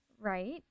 Right